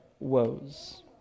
woes